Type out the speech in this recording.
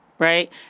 Right